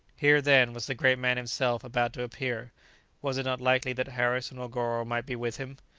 here, then, was the great man himself about to appear was it not likely that harris or negoro might be with him?